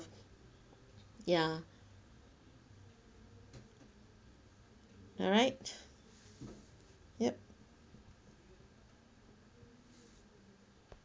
ya alright yup